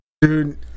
dude